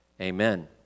Amen